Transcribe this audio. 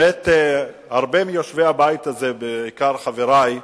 הרבה מיושבי הבית הזה, בעיקר חברי,